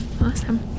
Awesome